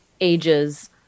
ages